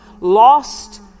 lost